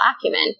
acumen